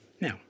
Now